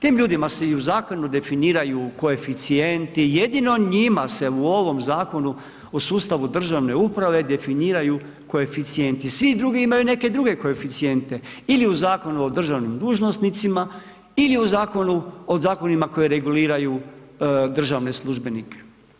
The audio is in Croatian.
Tim ljudima se i u zakonu definiraju koeficijenti, jedino njima se u ovom zakonu u sustavu državne uprave definiraju koeficijenti, svi drugi imaju neke druge koeficijente, ili u Zakonu o državnim dužnosnicima ili o zakonima koji reguliraju državne službenike.